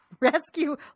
rescue